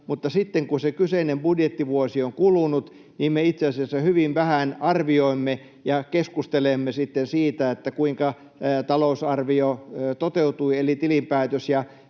mutta sitten kun se kyseinen budjettivuosi on kulunut, niin me itse asiassa hyvin vähän arvioimme ja keskustelemme siitä, kuinka talousarvio toteutui, eli tilinpäätöksestä